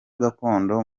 gakondo